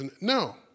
No